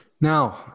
Now